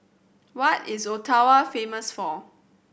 what is Ottawa famous for